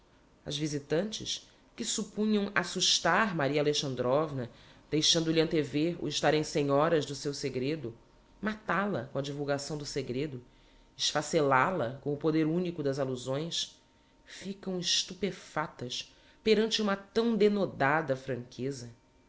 as visitantes que suppunham assustar maria alexandrovna deixando-lhe antever o estarem senhoras do seu segredo matál a com a divulgação do segredo esfacelál a com o poder unico das allusões ficam estupefactas perante uma tão denodada franqueza